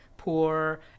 poor